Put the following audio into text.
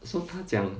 so 他讲